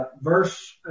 verse